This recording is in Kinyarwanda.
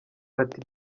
ati